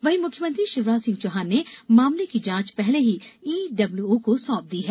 यहीं मुख्यमंत्री शिवराज सिंह चौहान ने मामले की जांच पहले ही ईओडब्ल्यू को सौंप दी है